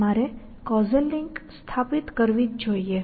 મારે causal link સ્થાપિત કરવી જ જોઇએ